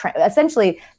essentially